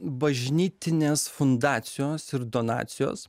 bažnytinės fundacijos ir donacijos